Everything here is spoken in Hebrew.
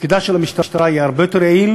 תפקודה של המשטרה יהיה הרבה יותר יעיל,